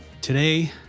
Today